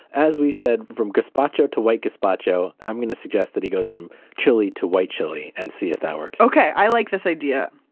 as we said, from gazpacho to white gazpacho, i'm going to suggest that he goes from chili to white chili. and see if that works okay. i like this. wait.